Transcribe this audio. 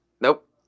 Nope